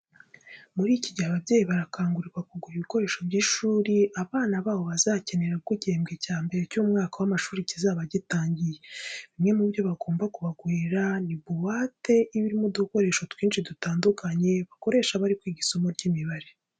Muri iki gihe ababyeyi barakangurirwa kugura ibikoresho by'ishuri abana babo bazakenera ubwo igihembwe cya mbere cy'umwaka w'amashuri kizaba gitangiye. Bimwe mu byo bagomba kubagurira ni buwate iba irimo udukoresho twinshi dutandukanye, bakoresha bari kwiga isomo ry'imibare.